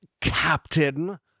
Captain